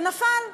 ונפל.